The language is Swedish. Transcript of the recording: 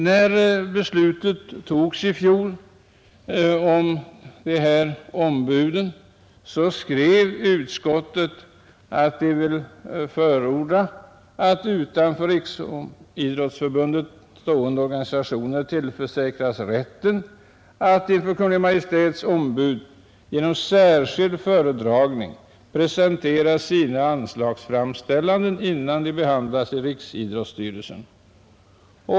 När beslutet om dessa ombud fattades i fjol skrev utskottet att det ville förorda att utanför Riksidrottsförbundet stående organisationer tillförsäkras rätten att inför Kungl. Maj:ts ombud genom särskild föredragning presentera sina anslagsframställanden innan de behandlas i Riksidrottsstyrelsen.